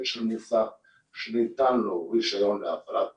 של מוסך שניתן לו רישיון להפעלת מוסך.